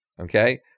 Okay